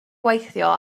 gweithio